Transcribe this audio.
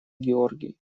георгий